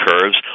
curves